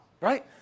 right